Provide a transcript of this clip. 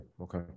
Okay